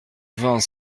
vingt